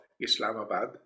Islamabad